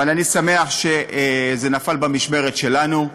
אבל אני שמח שזה נפל במשמרת שלנו,